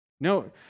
No